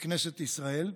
בכנסת ישראל.